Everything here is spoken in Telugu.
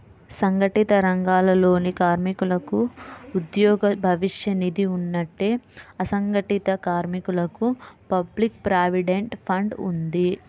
సంఘటిత రంగాలలోని కార్మికులకు ఉద్యోగ భవిష్య నిధి ఉన్నట్టే, అసంఘటిత కార్మికులకు పబ్లిక్ ప్రావిడెంట్ ఫండ్ ఉంది